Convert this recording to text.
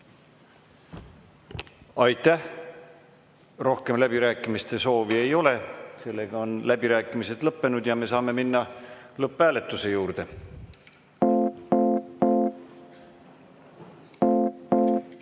Aitäh! Rohkem läbirääkimiste soovi ei ole. Seega on läbirääkimised lõppenud ja me saame minna lõpphääletuse